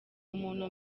umuntu